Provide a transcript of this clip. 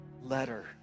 letter